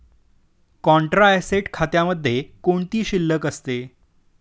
Contra asset खात्यामध्ये कोणती शिल्लक असते?